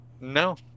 No